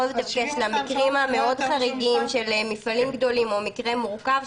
למקרים המאוד חריגים של מפעלים גדולים או מקרה מורכב,